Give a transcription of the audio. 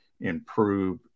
improve